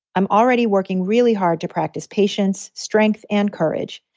i'm already working really hard to practice patience, strength and courage.